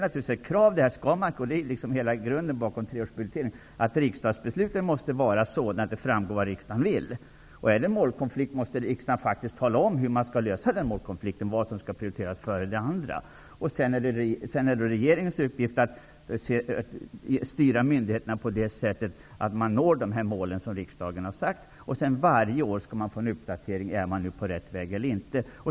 Ett krav, ja hela grunden bakom treårsbudgeteringen, är naturligtvis att riksdagsbesluten måste vara sådana att det framgår vad riksdagen vill. Förekommer det en målkonflikt, måste riksdagen faktiskt tala om hur den målkonflikten skall lösas, vad som skall prioriteras före det andra. Sedan är det regeringens uppgift att styra myndigheterna på så sätt att man når de mål som riksdagen har satt upp, och varje år skall man få uppgift om ifall man är på rätt väg eller inte.